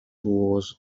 was